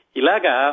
ilaga